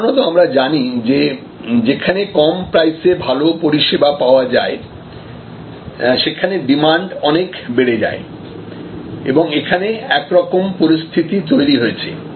সাধারণত আমরা জানি যে যেখানে কম প্রাইসে ভালো পরিষেবা পাওয়া যায় সেইখানে ডিমান্ড অনেক বেড়ে যায় এবং এখানে এরকম পরিস্থিতি তৈরি হয়েছে